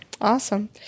Awesome